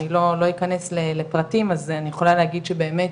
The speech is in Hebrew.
אני רוצה להגיד ש-50%